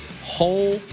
whole